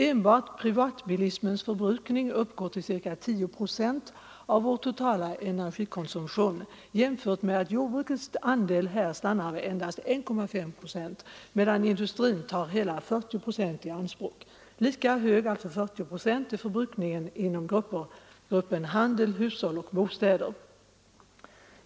Enbart privatbilismens förbrukning uppgår till ca 10 procent av vår totala energikonsumtion. Detta skall jämföras med att jordbrukets andel stannar vid endast 1,5 procent, medan industrin tar hela 40 procent i anspråk. Lika hög är förbrukningen inom gruppen handel, hushåll och bostäder.